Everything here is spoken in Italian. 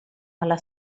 alla